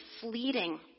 fleeting